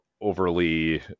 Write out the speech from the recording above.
overly